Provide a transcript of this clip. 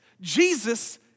Jesus